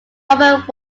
robert